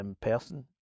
person